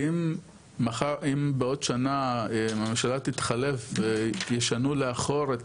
האם בעוד שנה הממשלה תתחלף ישנו לאחור?